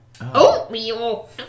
Oatmeal